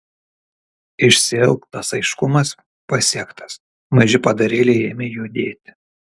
išsiilgtas aiškumas pasiektas maži padarėliai ėmė judėti